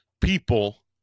people